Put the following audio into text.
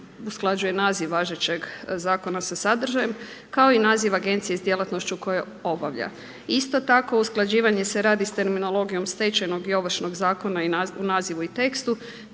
usklađuje naziv važećeg zakona sa sadržajem kao i naziv agencije s djelatnošću koje obavlja. Isto tako usklađivanje se radi sa terminologijom stečajnog i Ovršnog zakona u nazivu i tekstu